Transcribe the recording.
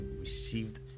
received